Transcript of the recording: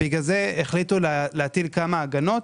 בגלל זה הוחלט להטיל כמה הגנות,